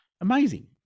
Amazing